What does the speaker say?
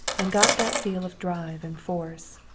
and got that feel of drive and force.